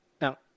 Now